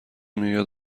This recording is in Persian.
میاید